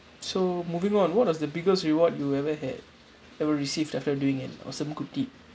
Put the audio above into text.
so moving on what was the biggest reward you ever had ever received after doing an awesome good deed